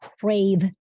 crave